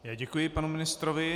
Já děkuji panu ministrovi.